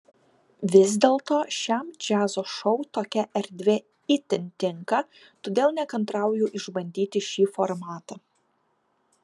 vis dėlto šiam džiazo šou tokia erdvė itin tinka todėl nekantrauju išbandyti šį formatą